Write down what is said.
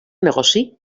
negoci